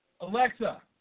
Alexa